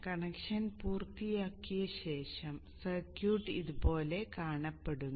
connection പൂർത്തിയാക്കിയ ശേഷം circuit ഇതുപോലെ കാണപ്പെടുന്നു